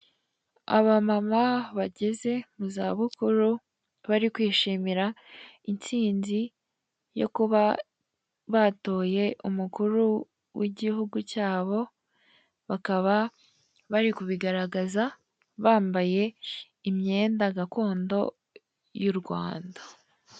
Abamama bageze muzabukuru bari kwishimira intsinzi yo kuba batoye umukuru w'igihugu cyabo, bakaba bari kubigaragaza bambaye imyenda gakondo y'u Rwanda.